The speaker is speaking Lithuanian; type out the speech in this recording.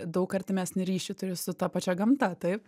daug artimesnį ryšį turi su ta pačia gamta taip